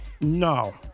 No